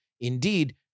Indeed